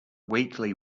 weakly